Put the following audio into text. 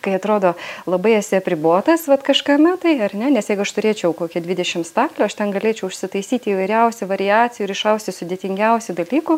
kai atrodo labai esi apribotas vat kažkame tai ar ne nes jeigu aš turėčiau kokią dvidešim staklių aš ten galėčiau užsitaisyt įvairiausių variacijų ir išausti sudėtingiausių dalykų